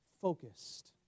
focused